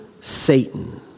Satan